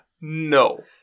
No